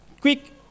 Quick